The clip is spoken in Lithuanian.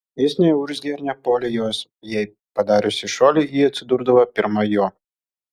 jis neurzgė ir nepuolė jos jei padariusi šuolį ji atsidurdavo pirma jo